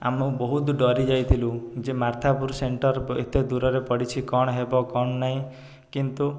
ଆମକୁ ବହୁତ ଡରି ଯାଇଥିଲୁ ଯେ ମାର୍ଥାପୁର ସେଣ୍ଟର୍ ଏତେ ଦୂରରେ ପଡ଼ିଛି କ'ଣ ହେବ କ'ଣ ନାଇଁ କିନ୍ତୁ